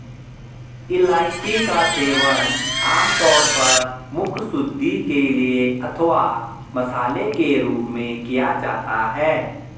इलायची का सेवन आमतौर पर मुखशुद्धि के लिए अथवा मसाले के रूप में किया जाता है